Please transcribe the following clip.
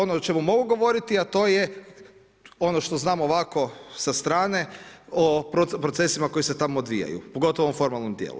Ono o čemu mogu govoriti, a to je ono što znam ovako sa strane o procesima koji se tamo odvijaju pogotovo u formalnom dijelu.